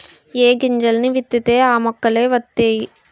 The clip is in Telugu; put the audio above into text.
ఏ గింజల్ని విత్తితే ఆ మొక్కలే వతైయి